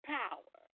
power